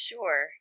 Sure